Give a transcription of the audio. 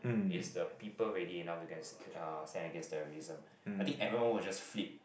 is the people ready enough to go and uh stand against the terrorism I think everyone will just flip